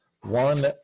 One